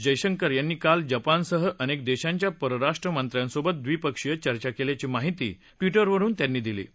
जयशंकर यांनी काल जपानसह अनेक देशांच्या परराष्ट्र मंत्र्यांसोबत द्विपक्षीय चर्चा केल्याची माहिती ट्विटरवरून दिली आहे